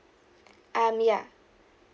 um ya